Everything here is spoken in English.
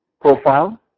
profile